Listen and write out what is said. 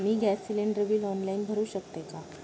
मी gas cylinder bill online भरु शकते का?